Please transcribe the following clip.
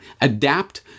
Adapt